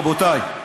רבותיי,